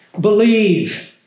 Believe